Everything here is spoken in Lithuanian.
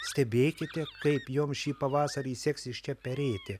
stebėkite kaip jums šį pavasarį seksis čia perėti